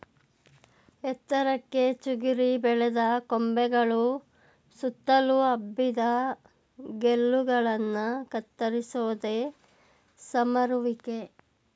ಎತ್ತರಕ್ಕೆ ಚಿಗುರಿ ಬೆಳೆದ ಕೊಂಬೆಗಳು ಸುತ್ತಲು ಹಬ್ಬಿದ ಗೆಲ್ಲುಗಳನ್ನ ಕತ್ತರಿಸೋದೆ ಸಮರುವಿಕೆ